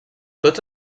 tots